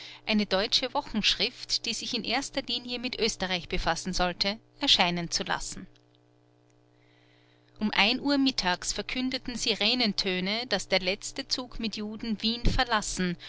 eine deutsche wochenschrift die sich in erster linie mit oesterreich befassen sollte erscheinen zu lassen um ein uhr mittags verkündeten sirenentöne daß der letzte zug mit juden wien verlassen